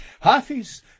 Hafiz